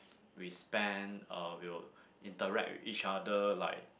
we spend uh we'll interact with each other like